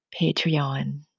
Patreon